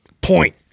point